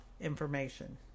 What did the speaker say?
information